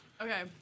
Okay